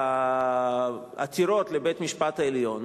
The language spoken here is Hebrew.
לעתירות לבית-המשפט העליון,